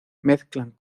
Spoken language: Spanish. mezclan